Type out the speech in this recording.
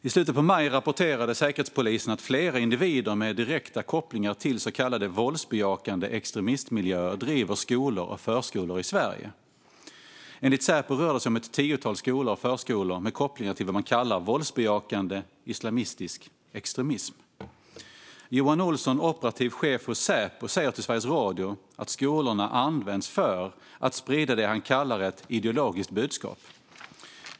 I slutet av maj rapporterade Säkerhetspolisen att flera individer med direkta kopplingar till så kallade våldsbejakande extremistmiljöer driver skolor och förskolor i Sverige. Enligt Säpo rör det sig om ett tiotal skolor och förskolor med kopplingar till vad man kallar våldsbejakande islamistisk extremism. Johan Olsson, operativ chef för Säpo, säger till Sveriges Radio att skolorna används för att sprida det han kallar ett ideologiskt budskap.